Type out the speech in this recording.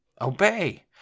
obey